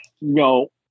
No